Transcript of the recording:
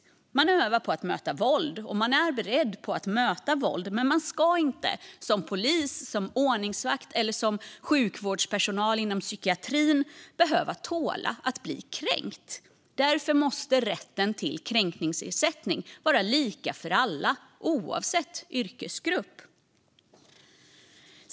Man övar på att möta våld, och man är beredd på att möta våld. Men man ska inte som polis, ordningsvakt eller sjukvårdspersonal inom psykiatrin behöva tåla att bli kränkt. Därför måste rätten till kränkningsersättning vara lika för alla, oavsett yrkesgrupp.